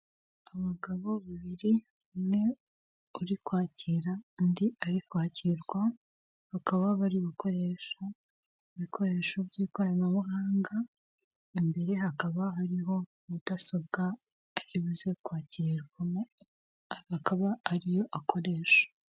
Abagabo babiri umwe uri kwakira, undi ari kwakirwa, bakaba bari gukoresha ibikoresho by'ikoranabuhanga, imbere hakaba hariho mudasobwa iribuze kwakirwamo akaba ariyo akoresha.